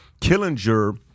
Killinger